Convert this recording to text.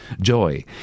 joy